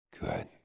Good